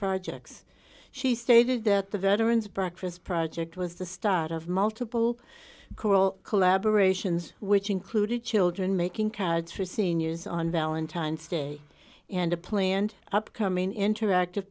projects she stated that the veterans breakfast project was the start of multiple collaboration's which included children making cads for seniors on valentine's day and a planned upcoming interactive